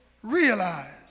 realize